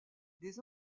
des